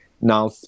Now